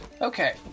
Okay